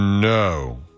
No